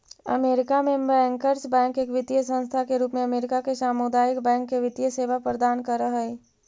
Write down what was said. America में bankers bank एक वित्तीय संस्था के रूप में अमेरिका के सामुदायिक बैंक के वित्तीय सेवा प्रदान कर हइ